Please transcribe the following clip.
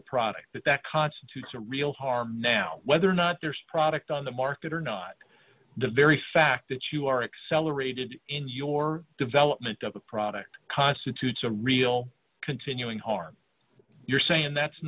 a product that that constitutes a real harm now whether or not there's product on the market or not the very fact that you are accelerated in your development of a product constitutes a real continuing harm you're saying that's